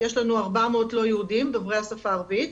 יש לנו 400 לא יהודים דוברי השפה הערבית.